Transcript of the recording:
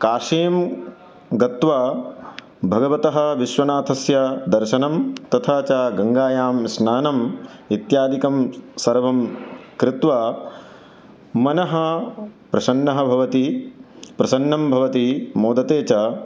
काशीं गत्वा भगवतः विश्वनाथस्य दर्शनं तथा च गङ्गायां स्नानम् इत्यादिकं सर्वं कृत्वा मनः प्रसन्नं भवति प्रसन्नं भवति मोदते च